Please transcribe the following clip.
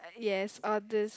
yes all this